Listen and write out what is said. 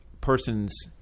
person's